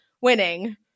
winning